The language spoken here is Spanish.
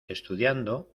estudiando